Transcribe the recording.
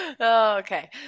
Okay